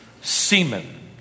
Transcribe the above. semen